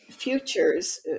futures